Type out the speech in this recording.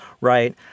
right